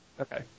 Okay